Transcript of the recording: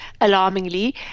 alarmingly